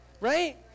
Right